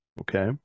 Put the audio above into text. Okay